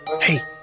Hey